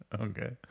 Okay